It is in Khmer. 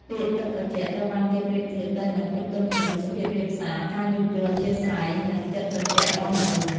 ពាក្យ ទឹកត្រជាក់ ត្រូវបានគេប្រៀបធៀបទៅនឹង ភាពទន់ភ្លន់ សុភាពរាបសារ ការយោគយល់អធ្យាស្រ័យ និងចិត្តត្រជាក់របស់មនុស្ស។